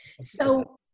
So-